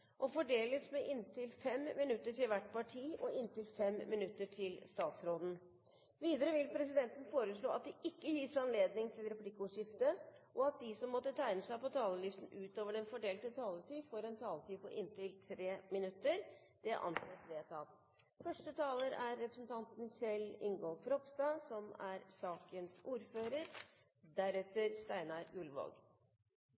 og fordeles med inntil 5 minutter til hvert parti og inntil 5 minutter til statsråden. Videre vil presidenten foreslå at det ikke gis anledning til replikkordskifte, og at de som måtte tegne seg på talerlisten utover den fordelte taletid, får en taletid på inntil 3 minutter. – Det anses vedtatt. Representanten Kari Henriksen får ordet som første taler på vegne av sakens ordfører,